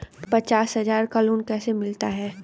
पचास हज़ार का लोन कैसे मिलता है?